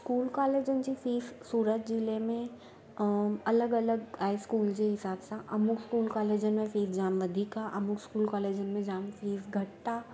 school कॉलेजन जी fees Surat ज़िले में अलॻि अलॻि आहे स्कूल जे हिसाब सां अमुख स्कूल कॉलेजन में फीस जाम वधीक आहे अमुख स्कूल कॉलेजन में जाम फीस घटि आहे